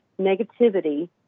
negativity